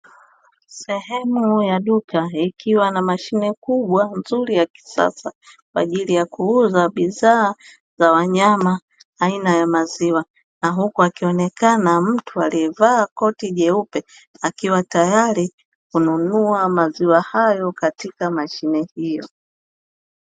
Sehemu ya duka ikiwa na mashine kubwa nzuri ya kisasa kwa ajili ya kuuza bidhaa za wanyama aina ya maziwa, na huku akionekana mtu aliyevaa koti jeupe akiwa tayari kukunua maziwa hayo katika mashine hiyo.